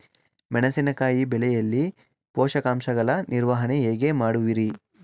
ಮೆಣಸಿನಕಾಯಿ ಬೆಳೆಯಲ್ಲಿ ಪೋಷಕಾಂಶಗಳ ನಿರ್ವಹಣೆ ಹೇಗೆ ಮಾಡುವಿರಿ?